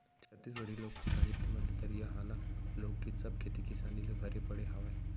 छत्तीसगढ़ी लोक साहित्य म ददरिया, हाना, लोकगीत सब खेती किसानी ले भरे पड़े हावय